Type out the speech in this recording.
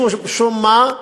משום מה,